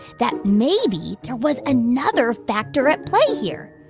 that maybe there was another factor at play here.